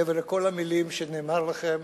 מעבר לכל המלים שנאמרו לכם,